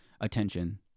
attention